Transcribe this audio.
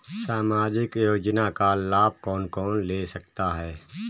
सामाजिक योजना का लाभ कौन कौन ले सकता है?